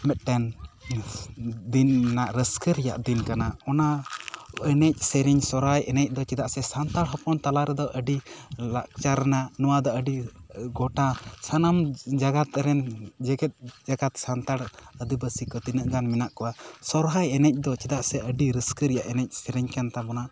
ᱢᱤᱫᱴᱟᱝ ᱫᱤᱱ ᱨᱮᱱᱟᱜ ᱨᱟᱹᱥᱠᱟᱹ ᱨᱮᱱᱟᱜ ᱫᱤᱱ ᱠᱟᱱᱟ ᱚᱱᱟ ᱮᱱᱮᱡ ᱥᱮᱨᱮᱧ ᱥᱚᱦᱚᱨᱟᱭ ᱮᱱᱮᱡ ᱫᱚ ᱪᱮᱫᱟᱜ ᱥᱮ ᱥᱟᱱᱛᱟᱲ ᱦᱚᱯᱚᱱ ᱛᱟᱞᱟᱨᱮ ᱫᱚ ᱟᱹᱰᱤ ᱞᱟᱠᱪᱟᱨ ᱨᱮᱱᱟᱜ ᱱᱚᱶᱟ ᱫᱚ ᱟᱹᱰᱤ ᱜᱚᱴᱟ ᱥᱟᱱᱟᱢ ᱡᱟᱠᱟᱛ ᱨᱮᱱ ᱡᱮᱜᱮᱫ ᱡᱟᱠᱟᱛ ᱥᱟᱱᱛᱟᱲ ᱟᱹᱫᱤᱵᱟᱹᱥᱤ ᱠᱚ ᱛᱤᱱᱟᱹᱜ ᱜᱟᱱ ᱢᱮᱱᱟᱜ ᱠᱚᱣᱟ ᱥᱚᱦᱚᱨᱟᱭ ᱮᱱᱮᱡ ᱫᱚ ᱪᱮᱫᱟᱜ ᱥᱮ ᱟᱹᱰᱤ ᱨᱟᱹᱥᱠᱟᱹ ᱨᱮᱭᱟᱜ ᱮᱱᱮᱡ ᱥᱮᱨᱮᱧ ᱠᱟᱱ ᱛᱟᱵᱚᱱᱟ